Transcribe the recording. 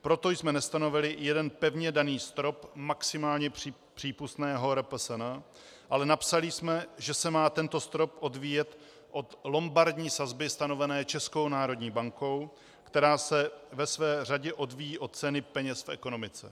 Proto jsme nestanovili jeden pevně daný strop maximálně přípustného RPSN, ale napsali jsme, že se má tento strop odvíjet od lombardní sazby stanovené Českou národní bankou, která se ve své řadě odvíjí od ceny peněz v ekonomice.